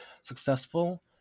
successful